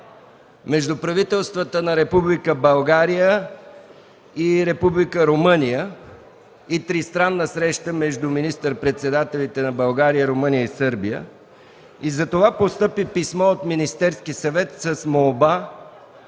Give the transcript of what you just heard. между правителствата на Република Българя и Република Румъния и тристранна среща между министър-председателите на България, Румъния и Сърбия. Затова постъпи писмо от Министерския съвет с молба